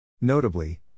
Notably